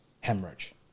Hemorrhage